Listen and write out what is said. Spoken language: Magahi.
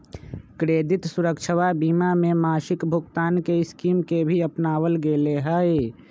क्रेडित सुरक्षवा बीमा में मासिक भुगतान के स्कीम के भी अपनावल गैले है